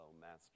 Master